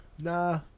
Nah